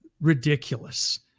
ridiculous